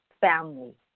family